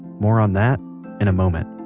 more on that in a moment